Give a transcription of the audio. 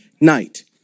night